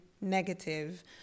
negative